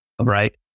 right